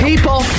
People